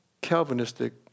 Calvinistic